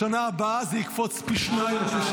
בשנה הבאה זה יקפוץ פי שניים-שלושה.